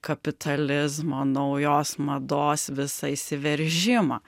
kapitalizmo naujos mados visą įsiveržimą